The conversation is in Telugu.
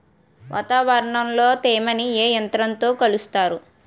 వాతావరణంలో తేమని ఏ యంత్రంతో కొలుస్తారు?